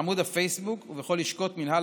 בעמוד הפייסבוק ובכל לשכות מינהל